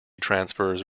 transfers